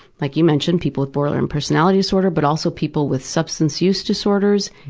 like you mentioned, people with borderline personality disorder but also people with substance use disorders,